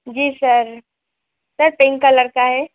जी sir sir pink colour का है